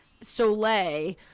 soleil